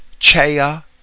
Chaya